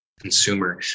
Consumer